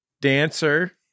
dancer